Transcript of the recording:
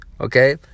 okay